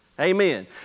Amen